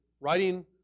writing